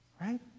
Right